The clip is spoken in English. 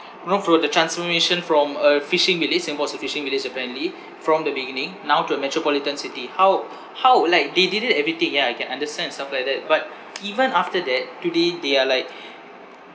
you know for the transformation from a fishing village it was a fishing village apparently from the beginning now to a metropolitan city how how like they did it everything ya I can understand and stuff like that but even after that today they are like